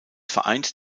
vereint